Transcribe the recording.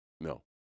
No